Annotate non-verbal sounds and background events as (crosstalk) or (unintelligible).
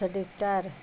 (unintelligible)